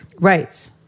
right